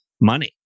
money